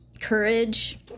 courage